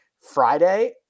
Friday